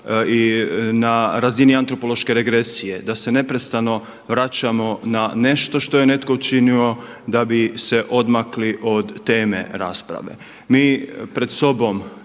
na razini antropološke regresije, da se neprestano vraćamo na nešto što je netko učinio da bi se odmakli od teme rasprave. Mi pred sobom